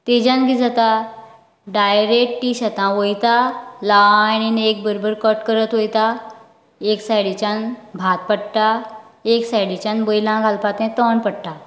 तेज्यान कितें जाता डायरेक्ट ती शेतान वयता लायनीन एक बरोबर कट करत वता एक सायडीनच्यान भात पडटा एक सायडीच्यान बैलां घालपाक तें तण पडटा